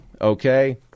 Okay